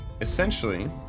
Essentially